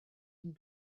and